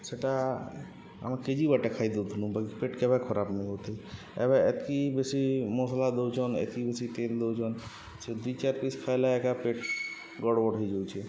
ସେଟା ଆମେ କେଜି ବାଟେ ଖାଇଦଉଥୁନୁ ବାକି ପେଟ କେବେ ଖରାପ ନହଉଥି ଏବେ ଏତିକି ବେଶୀ ମସଲା ଦଉଚନ୍ ଏତିକି ବେଶି ତେଲ ଦଉଚନ୍ ସେ ଦିଇ ଚାରି ପିସ୍ ଖାଇଲେ ଏକା ପେଟ୍ ଗଡ଼ବଡ଼ ହେଇଯାଉଛେ